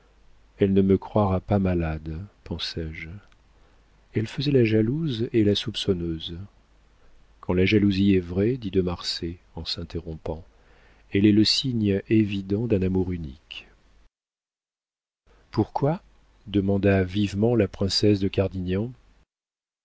elle ne me croira pas malade pensé je elle faisait la jalouse et la soupçonneuse quand la jalousie est vraie dit de marsay en s'interrompant elle est le signe évident d'un amour unique pourquoi demanda vivement la princesse de cadignan